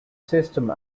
system